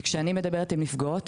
כשאני מדברת עם נפגעות,